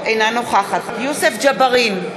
אינה נוכחת יוסף ג'בארין,